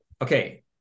Okay